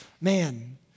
Man